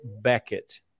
Beckett